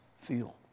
feel